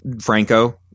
Franco –